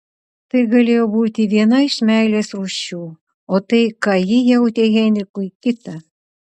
tai galėjo būti viena iš meilės rūšių o tai ką ji jautė heinrichui kita